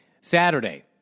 Saturday